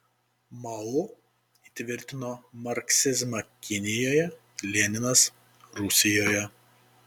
mao įtvirtino marksizmą kinijoje leninas rusijoje